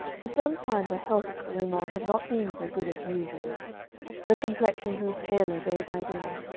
for some time the health of clarimonde had not been so good as usual her complexion grew paler day by day.